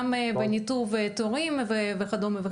גם בניתוב תורים וכדומה.